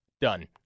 done